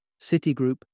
Citigroup